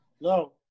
No